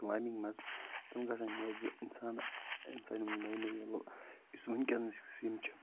climbing مَنٛز تِم گَژھَن اِنسان اِنسان یِم نۓ نۓ مَطلَب یُس ونکیٚنَس یم چھِ